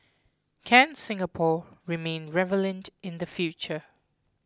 can Singapore remain in the future